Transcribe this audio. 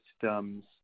systems